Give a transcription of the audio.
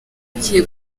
agiye